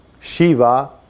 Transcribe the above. Shiva